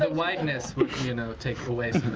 ah likeness would you know take away